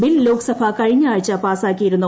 bill Lok Sabha കഴിഞ്ഞ ആഴ്ച പാസാക്കിയിരുന്നു